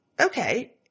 okay